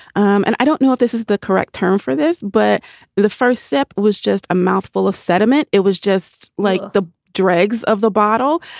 um and i don't know if this is the correct term for this, but the first sip was just a mouthful of sediment. it was just like the dregs of the bottle.